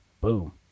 boom